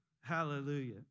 hallelujah